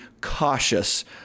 cautious